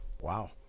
Wow